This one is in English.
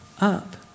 up